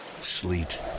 sleet